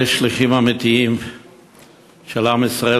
אלה שליחים אמיתיים של עם ישראל,